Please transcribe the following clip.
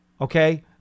Okay